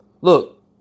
Look